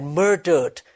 murdered